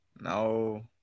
No